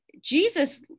Jesus